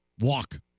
walk